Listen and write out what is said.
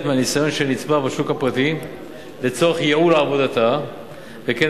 מהניסיון שנצבר בשוק הפרטי לצורך ייעול עבודתה וכן